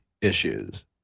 issues